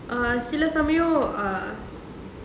சில சமயம்:sila samayam